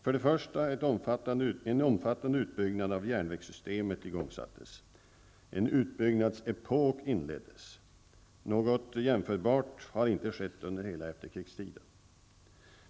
För det första igångsattes en omfattande utbyggnad av järnvägssystemet. En utbyggnadsepok inleddes. Något jämförbart har inte skett under hela efterkrigstiden.